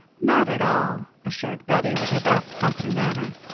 not at all, assured bettie, with her best company manner.